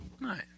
Right